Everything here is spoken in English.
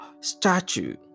statue